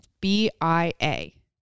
B-I-A